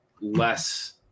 less